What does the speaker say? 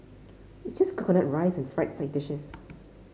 it's just coconut rice and fried side dishes